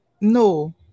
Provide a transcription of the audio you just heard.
no